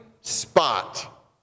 spot